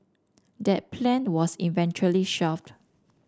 that plan was eventually shelved